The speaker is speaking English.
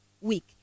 week